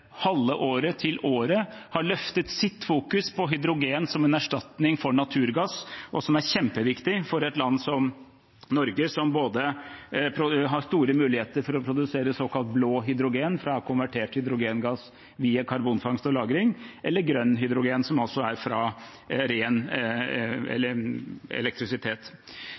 halve året – eller året – har løftet sitt fokus på hydrogen som en erstatning for naturgass. Det er kjempeviktig for et land som Norge, som både har store muligheter for å produsere såkalt blå hydrogen fra konvertert hydrogengass via karbonfangst og -lagring, og grønn hydrogen, som er fra